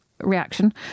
Reaction